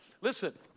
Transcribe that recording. Listen